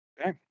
Okay